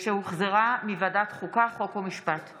התשפ"א 2021, שהחזירה ועדת החוקה, חוק ומשפט.